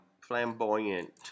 flamboyant